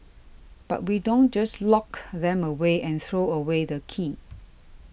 but we don't just lock them away and throw away the key